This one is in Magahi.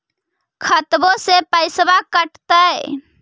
खतबे से पैसबा कटतय?